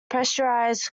pressurized